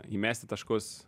įmesti taškus